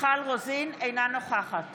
אינה נוכחת